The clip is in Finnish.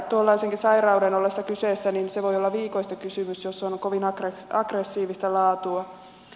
tuollaisenkin sairauden ollessa kyseessä voi olla viikoista kysymys jos se on kovin aggressiivista laatua